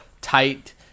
Tight